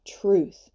truth